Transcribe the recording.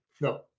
no